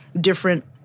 different